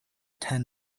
ten